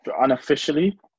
unofficially